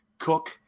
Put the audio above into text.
Cook